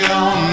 on